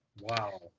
wow